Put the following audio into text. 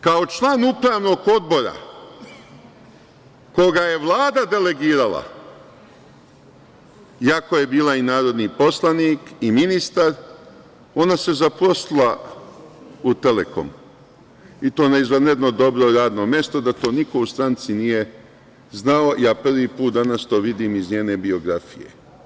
Kao član upravnog odbora koga je Vlada delegirala, iako je bila i narodni poslanik i ministar, ona se zaposlila u „Telekomu“, i to na izvanredno dobro radno mesto, a da to niko u stranci nije znao i ja to prvi put danas vidim iz njene biografije.